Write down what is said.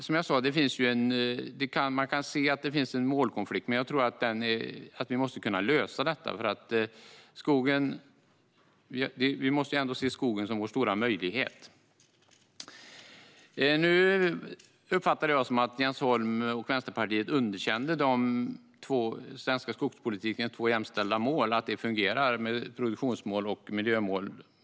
Som jag sa finns det en målkonflikt, men jag tror att vi måste kunna lösa den, för vi måste ändå se skogen som vår stora möjlighet. Jag uppfattade att Jens Holm och Vänsterpartiet underkänner skogspolitikens två jämställda mål, produktionsmål och miljömål.